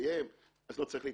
אז לא צריך,